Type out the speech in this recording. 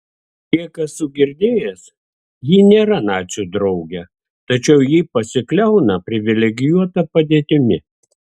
kiek esu girdėjęs ji nėra nacių draugė tačiau ji pasikliauna privilegijuota padėtimi